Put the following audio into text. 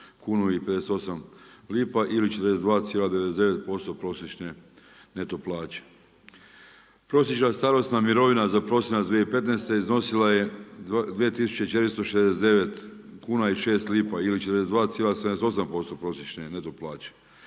kunu i 58 lipa ili 42,99% prosječne neto plaće. Prosječna starosna mirovina za prosinac 2015. iznosila je 24469 kuna i 6 lipa ili 42,78% prosječne neto plaće,